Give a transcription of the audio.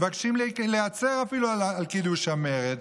מבקשים להיעצר על קידוש המרד,